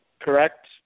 correct